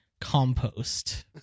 compost